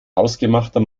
hausgemachter